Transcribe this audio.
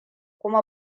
kuma